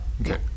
okay